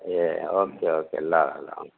ए okay okay ल ल ल